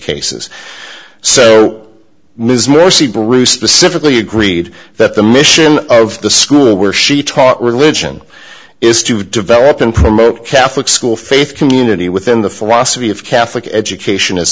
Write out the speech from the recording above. cases so ms morsi bruce specifically agreed that the mission of the school where she taught religion is to develop and promote catholic school faith community within the philosophy of catholic education is